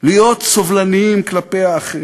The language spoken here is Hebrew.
להיות סובלניים כלפי האחר,